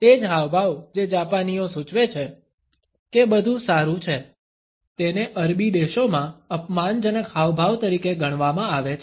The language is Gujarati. તે જ હાવભાવ જે જાપાનીઓ સૂચવે છે કે બધું સારું છે તેને અરબી દેશોમાં અપમાનજનક હાવભાવ તરીકે ગણવામાં આવે છે